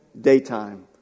Daytime